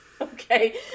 okay